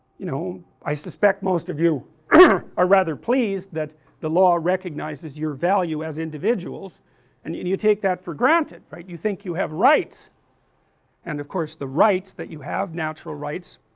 you know, i suspect most of you ah are rather pleased that the law recognizes you value as individuals and you you take that for granted, right, you think you have rights and of course the rights you have, natural rights,